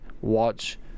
watch